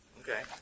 Okay